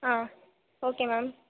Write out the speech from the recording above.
ah okay ma'am